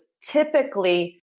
typically